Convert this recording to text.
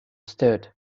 stood